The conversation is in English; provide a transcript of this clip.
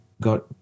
got